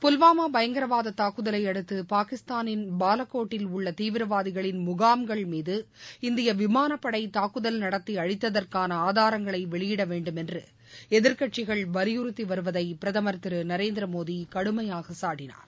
புல்வாமா பயங்கரவாத தாக்குதலை அடுத்து பாகிஸ்தானின் பால்கோட்டில் உள்ள தீவிரவாதிகளின் முகாம்கள் மீது இந்திய விமானப் படை தாக்குதல் நடத்தி அழித்ததற்கான ஆதாரங்களை வெளியிட வேண்டுமென்று எதிர்கட்சிகள் வலியறுத்தி வருவதை பிரதமர் திரு நரேந்திர மோடி கடுமையாக சாடினார்